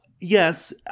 Yes